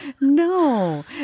no